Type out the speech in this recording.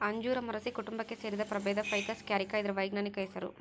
ಅಂಜೂರ ಮೊರಸಿ ಕುಟುಂಬಕ್ಕೆ ಸೇರಿದ ಪ್ರಭೇದ ಫೈಕಸ್ ಕ್ಯಾರಿಕ ಇದರ ವೈಜ್ಞಾನಿಕ ಹೆಸರು